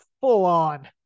full-on